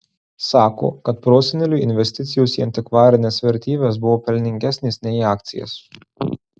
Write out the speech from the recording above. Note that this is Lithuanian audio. sako kad proseneliui investicijos į antikvarines vertybes buvo pelningesnės nei į akcijas